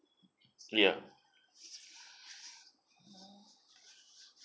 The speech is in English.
ya